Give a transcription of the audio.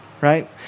Right